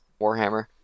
Warhammer